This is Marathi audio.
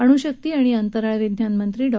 अण्शक्ती आणि अंतराळ विज्ञान मंत्री डॉ